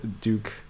Duke